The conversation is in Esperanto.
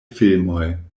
filmoj